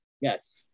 Yes